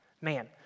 Man